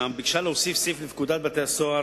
ביקשה להוסיף סעיף לפקודת בתי-הסוהר,